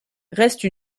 reste